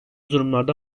durumlarda